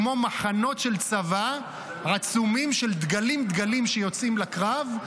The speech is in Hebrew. כמו מחנות של צבא עצומים של דגלים-דגלים שיוצאים לקרב,